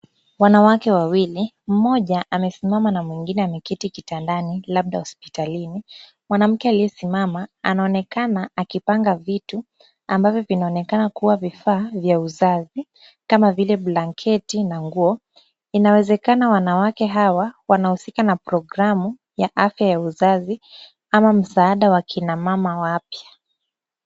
Wanawake wawili mmoja amesimama na mwingine ameketi kitandani labda hospitalini. Mwanamke aliyesimama anaonekana akipanga vitu ambavyo vinaonekana kuwa vifaa vya uzazi kama vile blanketi na nguo, inawezekana wanawake hawa wanahusika na programu ya afya ya uzazi ama msaada wa akina mama wapya.